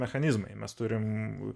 mechanizmai mes turim